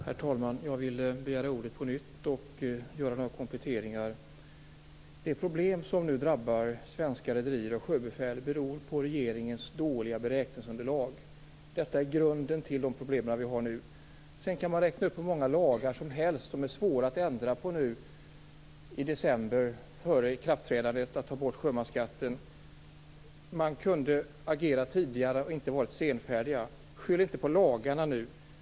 Herr talman! Jag begärde ordet på nytt för att göra några kompletteringar. De problem som nu drabbar svenska rederier och sjöbefäl beror på regeringens dåliga beräkningsunderlag. Detta är grunden till de problem som finns nu. Sedan kan man räkna upp hur många lagar som helst som är svåra att ändra på nu i december, före ikraftträdandet av borttagandet av sjömansskatten. Man kunde ha agerat tidigare och inte varit så senfärdiga. Skyll inte på lagarna!